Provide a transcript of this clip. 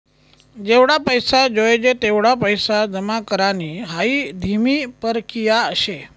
जेवढा पैसा जोयजे तेवढा पैसा जमा करानी हाई धीमी परकिया शे